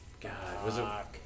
God